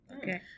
Okay